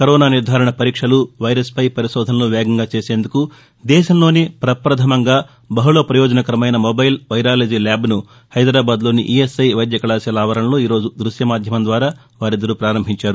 corona నిర్దారణ పరీక్షలు వైరస్పై పరిశోధనలు వేగంగా చేసేందుకు దేశంలోనే ప్రపథమంగా బహుళ ప్రయోజనకరమైన మొబైల్ వైరాలజీ ల్యాజ్ను హైదరాబాద్లోని ఈఎస్ఐ వైద్య కళాశాల ఆవరణలో ఈరోజు దృశ్యమాధ్యమం ద్వారా వారిద్దరూ ప్రారంభించారు